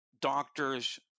doctors